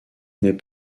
n’est